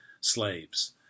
slaves